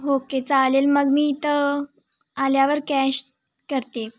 okay चालेल मग मी इथं आल्यावर कॅश करते